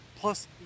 Plus